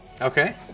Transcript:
Okay